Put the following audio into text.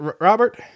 Robert